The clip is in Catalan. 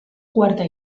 quarta